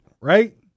right